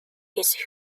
his